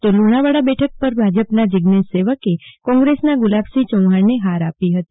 તો લુણાવાડા બેઠક પર ભાજપના જીઝેશ સેવકે કોંગ્રેસના ગુલાબસિંહ ચૌહાણને હર આપી હતી